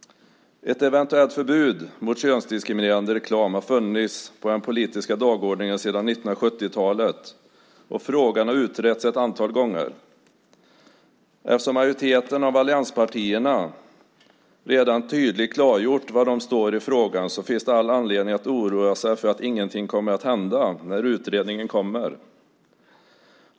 Ett eventuellt förbud mot könsdiskriminerande reklam har funnits på den politiska dagordningen sedan 1970-talet, och frågan har utretts ett antal gånger. Eftersom majoriteten av allianspartierna redan tydligt klargjort var de står i frågan finns det all anledning att oroa sig för att ingenting kommer att hända när utredningen kommer.